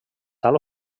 tal